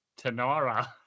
Tanara